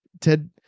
Ted